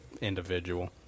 individual